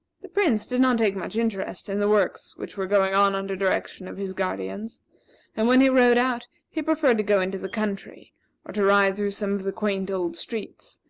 the prince did not take much interest in the works which were going on under direction of his guardians and when he rode out, he preferred to go into the country or to ride through some of the quaint old streets,